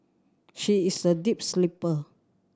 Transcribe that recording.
she is a deep sleeper